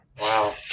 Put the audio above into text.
Wow